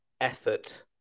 effort